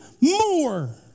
more